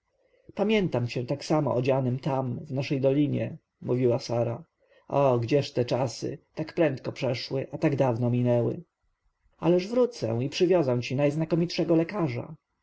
pamiętam cię tak samo odzianym tam w naszej dolinie mówiła sara o gdzież te czasy tak prędko przeszły a tak dawno minęły ależ wrócę i przywiozę ci najznakomitszego lekarza